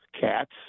cats